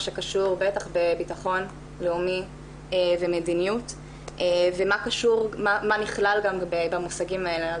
שקשור בטח בבטחון לאומי ומדיניות ומה נכלל גם במושגים האלה.